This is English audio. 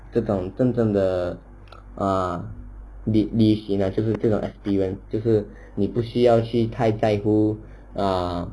这种真正的 err 旅旅行 ah 就是这种 experience 就是你不需要去太在乎 err